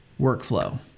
workflow